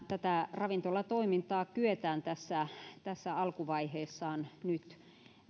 tätä ravintolatoimintaa kyetään tässä tässä alkuvaiheessaan nyt